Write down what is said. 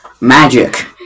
Magic